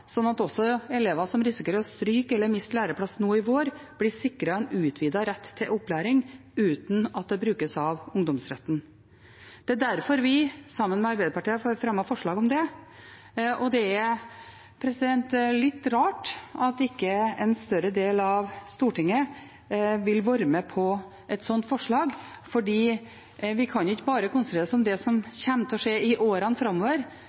at også elever som risikerer å stryke eller miste læreplass nå i vår, blir sikret en utvidet rett til opplæring uten at det brukes av ungdomsretten. Det er derfor vi, sammen med Arbeiderpartiet, har fremmet forslag om det, og det er litt rart at ikke en større del av Stortinget vil være med på et slikt forslag. Vi kan ikke bare konsentrere oss om det som kommer til å skje i årene framover,